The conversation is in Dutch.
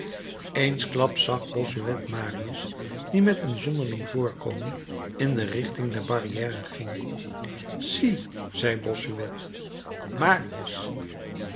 eensklaps zag bossuet marius die met een zonderling voorkomen in de richting der barrière ging zie zei bossuet marius